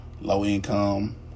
low-income